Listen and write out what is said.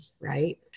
right